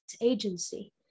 agency